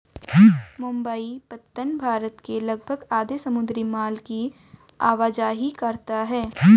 मुंबई पत्तन भारत के लगभग आधे समुद्री माल की आवाजाही करता है